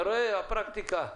אתה רואה, הפרקטיקה.